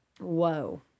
Whoa